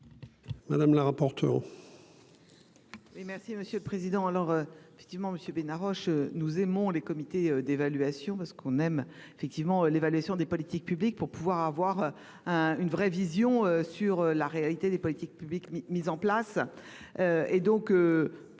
Mme la rapporteure